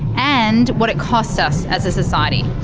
and what it costs us as a society.